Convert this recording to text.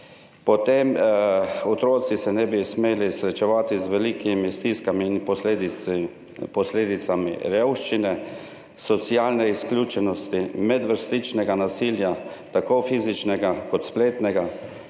Otroci se ne bi smeli srečevati z velikimi stiskami in posledicami revščine, socialne izključenosti, medvrstniškega nasilja, tako fizičnega kot spletnega.